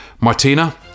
Martina